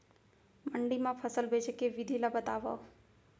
मंडी मा फसल बेचे के विधि ला बतावव?